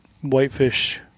whitefish